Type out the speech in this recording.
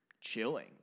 chilling